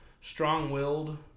strong-willed